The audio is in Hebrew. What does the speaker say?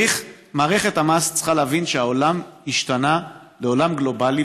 מערכת המס צריכה להבין שהעולם השתנה לעולם גלובלי,